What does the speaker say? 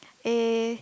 eh